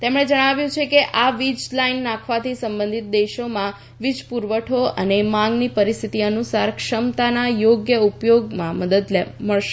તેમણે જણાવ્યું હતું કે આ વીજ લાઈન નખાવાથી સંબંધીત દેશોમાં વિજપુરવઠો અને માંગની પરિસ્થિતિ અનુસાર ક્ષમતાના યોગ્ય ઉપયોગમાં મદદ મલશે